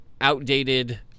outdated